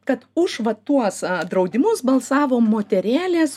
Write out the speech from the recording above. kad už va tuos draudimus balsavo moterėlės